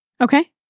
Okay